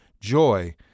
joy